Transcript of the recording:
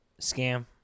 Scam